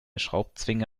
schraubzwinge